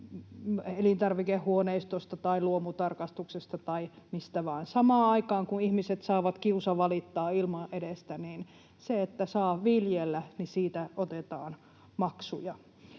elintarvikehuoneistoista tai luomutarkastuksesta tai mistä vaan, kun samaan aikaan ihmiset saavat kiusavalittaa ilman edestä, mutta siitä, että saa viljellä, otetaan maksuja?